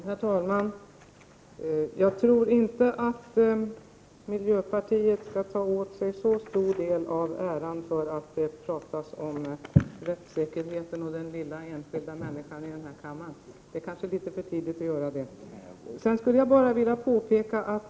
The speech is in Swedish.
Herr talman! Jag tycker inte att miljöpartiet skall ta åt sig en så stor del av äran för att det talas om rättssäkerhet och den lilla enskilda människan i den här kammaren. Det är litet för tidigt att göra detta.